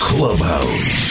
Clubhouse